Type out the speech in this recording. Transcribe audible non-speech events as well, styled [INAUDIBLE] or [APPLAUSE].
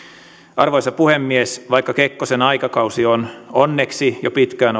arvoisa puhemies vaikka kekkosen aikakausi on onneksi jo pitkään [UNINTELLIGIBLE]